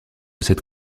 cette